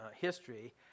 history